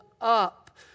up